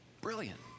Brilliant